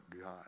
God